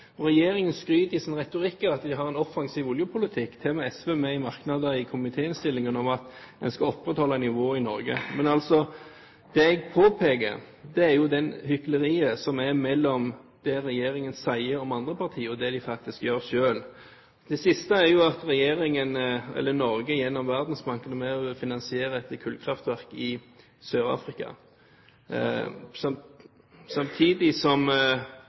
Norge. Regjeringen skryter i sin retorikk av at de har en offensiv oljepolitikk. Til og med SV er med i merknader i komitéinnstillingen om at en skal opprettholde nivået i Norge. Men det jeg påpeker, er hykleriet – forskjellen mellom det regjeringen sier om andre partier, og det den faktisk gjør selv. Det siste er jo at Norge gjennom Verdensbanken er med på å finansiere et kullkraftverk i Sør-Afrika, samtidig som